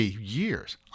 years